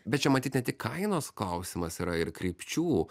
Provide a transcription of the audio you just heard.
bet čia matyt ne tik kainos klausimas yra ir krypčių